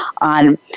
on